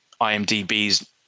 IMDb's